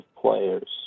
players